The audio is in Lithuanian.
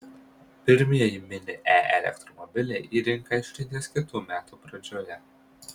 pirmieji mini e elektromobiliai į rinką išriedės kitų metų pradžioje